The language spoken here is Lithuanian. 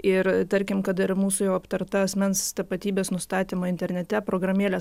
ir tarkim kad ir mūsų jau aptarta asmens tapatybės nustatymo internete programėlė